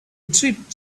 drift